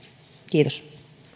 kiitos